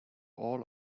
all